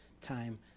time